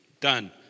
done